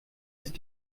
ist